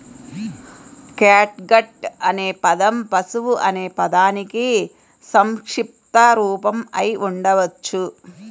catgut అనే పదం పశువు అనే పదానికి సంక్షిప్త రూపం అయి ఉండవచ్చు